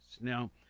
Now